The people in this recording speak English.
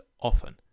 often